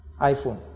iPhone